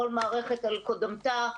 כל מערכת על קודמתה,